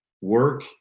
work